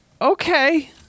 okay